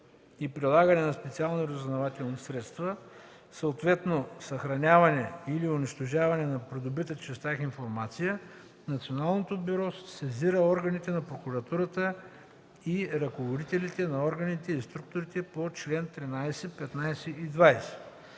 и прилагане на специални разузнавателни средства, съответно съхраняване или унищожаване на придобитата чрез тях информация, Националното бюро сезира органите на прокуратурата и ръководителите на органите и структурите по чл. 13, 15 и 20.”